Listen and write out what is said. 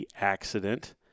accident